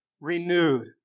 renewed